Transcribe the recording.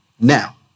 Now